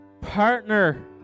partner